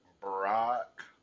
Brock